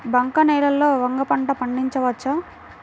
బంక నేలలో వంగ పంట పండించవచ్చా?